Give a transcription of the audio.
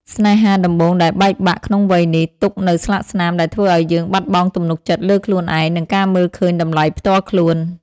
ស្នេហាដំបូងដែលបែកបាក់ក្នុងវ័យនេះ ទុកនូវស្លាកស្នាមដែលធ្វើឱ្យយើងបាត់បង់ទំនុកចិត្តលើខ្លួនឯង និងការមើលឃើញតម្លៃផ្ទាល់ខ្លួន។